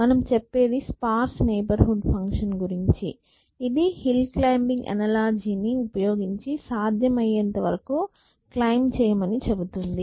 మనము చెప్పేది sparse neighbourhood function గురించి ఇది హిల్ క్లైంబింగ్ అనలాజీ ని ఉపయోగించి సాధ్యమయ్యేంతవరకు క్లైమ్బ్ చెయ్యమని చెబుతుంది